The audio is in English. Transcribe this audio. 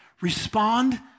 Respond